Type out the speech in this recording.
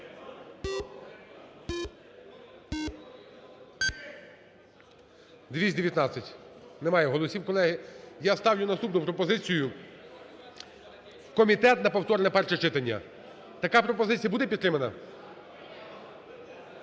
За-219 219. Немає голосів, колеги. Я ставлю наступну пропозицію: комітету на повторне перше читання. Така пропозиція буде підтримана?